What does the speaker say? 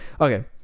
Okay